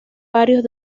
varios